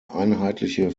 einheitliche